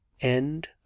End